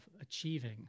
achieving